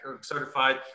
certified